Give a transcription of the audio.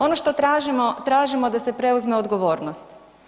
Ono što tražimo, tražimo da se preuzme odgovornost.